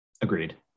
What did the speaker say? Agreed